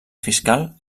fiscal